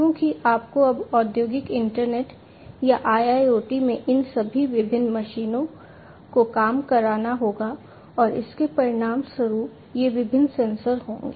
क्योंकि आपको अब औद्योगिक इंटरनेट या IIoT में इन सभी विभिन्न मशीनों को काम कराना होगा और इसके परिणामस्वरूप ये विभिन्न सेंसर होंगे